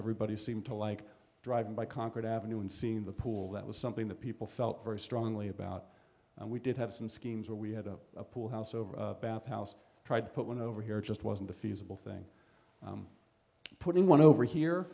everybody seemed to like driving by concord avenue and seeing the pool that was something that people felt very strongly about and we did have some schemes where we had a pool house over bathhouse tried to put one over here just wasn't a feasible thing putting one over here